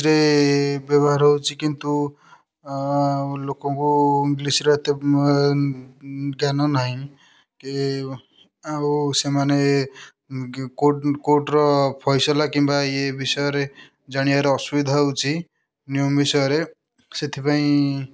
ଇଂଲିଶ୍ରେ ବ୍ୟବହାର ହେଉଛି କିନ୍ତୁ ଲୋକଙ୍କୁ ଇଂଲିଶ୍ର ଏତେ ଜ୍ଞାନ ନାହିଁ ଆଉ ସେମାନେ କୋର୍ଟର ଫଇସଲା କିମ୍ବା ୟେ ବିଷୟରେ ଜାଣିବାରେ ଅସୁବିଧା ହେଉଛି ନିୟମ ବିଷୟରେ ସେଥିପାଇଁ